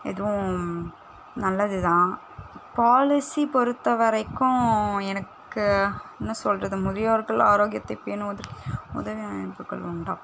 எதுவும் நல்லது தான் பாலிசி பொறுத்த வரைக்கும் எனக்கு என்ன சொல்லுறது முதியோர்கள் ஆரோக்கியத்தை பேணுவதற்கு உதவி அமைப்புகள் உண்டா